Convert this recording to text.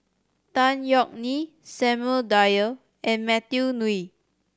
Tan Yeok Nee Samuel Dyer and Matthew Ngui